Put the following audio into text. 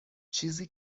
چیزی